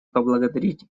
поблагодарить